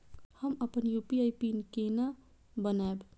हम अपन UPI PIN केना बनैब?